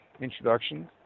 introduction